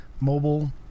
mobile